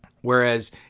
Whereas